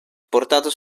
portato